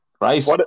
right